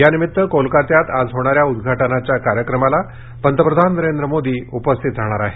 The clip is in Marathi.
यानिमित्त कोलकत्यात आज होणाऱ्या उद्घाटनाच्या कार्यक्रमाला पंतप्रधान नरेंद्र मोदी उपस्थित राहणार आहेत